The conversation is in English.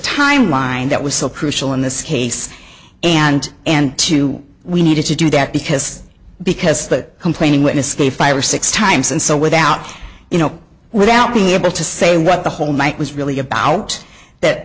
timeline that was still crucial in this case and and two we needed to do that because because the complaining witness the five or six times and so without you know without being able to say what the whole night was really about that